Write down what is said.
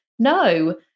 No